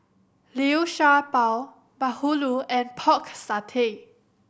Liu Sha Bao Bahulu and Pork Satay